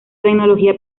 tecnología